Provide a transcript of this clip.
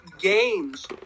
games